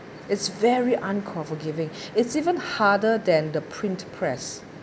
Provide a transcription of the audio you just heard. it's very unforgiving it's even harder than the print press